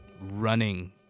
running